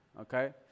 Okay